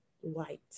white